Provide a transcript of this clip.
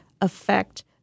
affect